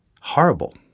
horrible